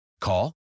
Call